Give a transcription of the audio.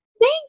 Thank